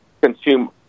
consume